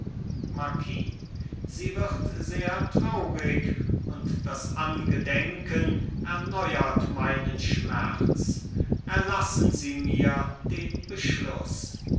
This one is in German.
marquis sie wird sehr traurig und das angedenken erneuert meinen schmerz erlassen sie mir den beschluß